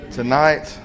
tonight